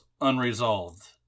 unresolved